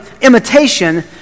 imitation